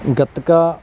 gatka